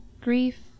grief